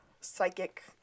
psychic